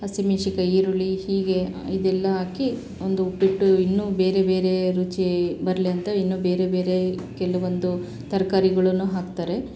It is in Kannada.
ಹಸಿಮೆಣ್ಶಿನ್ಕಾಯಿ ಈರುಳ್ಳಿ ಹೀಗೆ ಇದೆಲ್ಲ ಹಾಕಿ ಒಂದು ಉಪ್ಪಿಟ್ಟು ಇನ್ನೂ ಬೇರೆ ಬೇರೆ ರುಚಿ ಬರಲಿ ಅಂತ ಇನ್ನೂ ಬೇರೆ ಬೇರೆ ಕೆಲವೊಂದು ತರಕಾರಿಗಳನ್ನೂ ಹಾಕ್ತಾರೆ